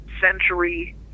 century